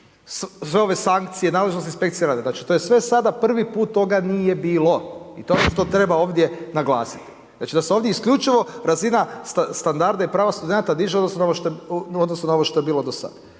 za ove sankcije nalaže se inspekcija rada, znači to je sve sada prvi put, toga nije bilo. I to je nešto što treba ovdje naglasiti. Znači da se ovdje isključivo razina standarda i prava studenata diže u odnosu na ovo što je bilo do sada.